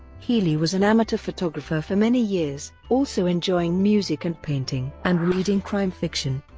healey was an amateur photographer for many years, also enjoying music and painting and reading crime fiction.